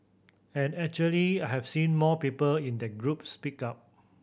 and actually have seen more people in that group speak up